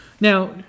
Now